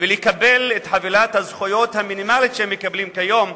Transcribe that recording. לקבל את חבילת הזכויות המינימלית שהם מקבלים היום,